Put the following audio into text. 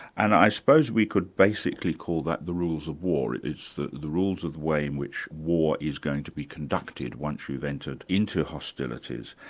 and i suppose we could basically call that the rules of war, it's the the rules of way in which war is going to be conducted once you've entered into hostilities,